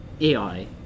AI